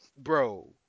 Bro